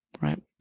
right